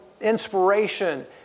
inspiration